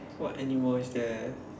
what animal is there